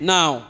Now